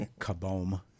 Kaboom